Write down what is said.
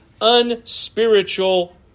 unspiritual